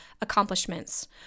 accomplishments